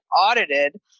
audited